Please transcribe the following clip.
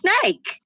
snake